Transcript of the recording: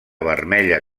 vermella